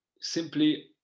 simply